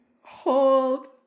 Hold